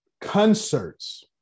Concerts